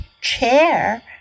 chair